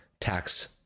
tax